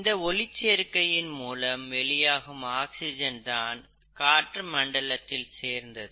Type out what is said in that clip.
இந்த ஒளிச்சேர்க்கையின் மூலம் வெளியாகும் ஆக்சிஜன் தான் காற்று மண்டலத்தில் சேர்ந்தது